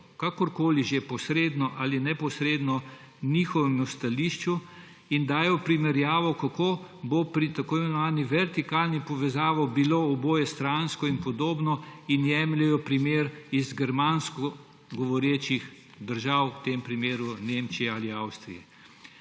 kakorkoli že, posredno ali neposredno, njihovemu stališču in dajo primerjavo, kako bo pri tako imenovani vertikalni povezavi obojestransko in podobno, in jemljejo primer iz germansko govorečih držav, v tem primeru Nemčije ali Avstrije.